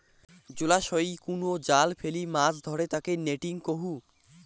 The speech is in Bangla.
জলাশয়ই কুনো জাল ফেলি মাছ ধরে তাকে নেটিং কহু